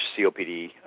COPD